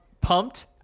Pumped